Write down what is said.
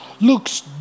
looks